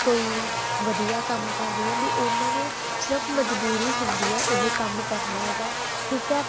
ਕੋਈ ਵਧੀਆ ਕੰਮ ਕਰ ਰਹੀ ਆ ਵੀ ਉਹਨਾਂ ਨੂੰ ਸਿਰਫ ਮਜਬੂਰੀ ਹੁੰਦੀ ਹੈ ਇਹ ਕੰਮ ਕਰਨਾ ਹੈਗਾ ਠੀਕ ਹੈ